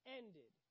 ended